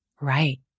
Right